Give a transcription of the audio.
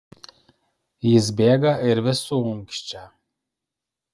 jis bėga ir vis suunkščia